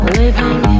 living